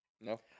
No